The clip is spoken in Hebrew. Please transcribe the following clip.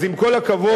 אז עם כל הכבוד,